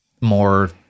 more